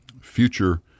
future